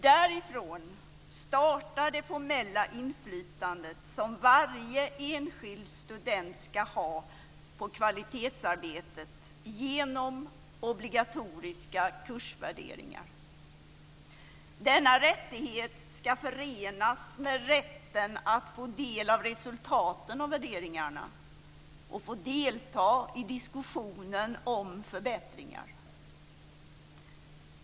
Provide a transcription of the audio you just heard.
Därifrån startar det formella inflytandet som varje enskild student ska ha på kvalitetsarbetet genom obligatoriska kursutvärderingar. Denna rättighet ska förenas med rätten att få del av resultaten av utvärderingarna och rätten att få delta i diskussionen om förbättringar.